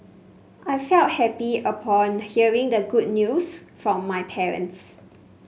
I felt happy upon hearing the good news from my parents